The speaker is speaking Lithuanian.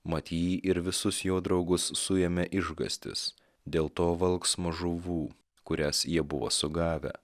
mat jį ir visus jo draugus suėmė išgąstis dėl to valksmo žuvų kurias jie buvo sugavę